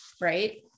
right